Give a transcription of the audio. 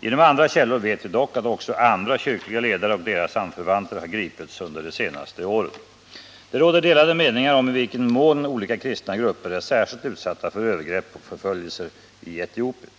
Genom andra källor vet vi dock att också andra kyrkliga ledare och deras anförvanter har gripits under det senaste året. Det råder delade meningar om i vilken mån olika kristna grupper är irskilt utsatta för övergrepp och förföljelse i Etiopien.